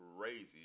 crazy